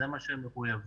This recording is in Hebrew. זה מה שהם מחויבים,